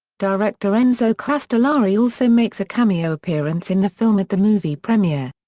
director enzo castellari also makes a cameo appearance in the film at the movie premiere.